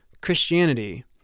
Christianity